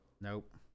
Nope